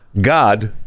God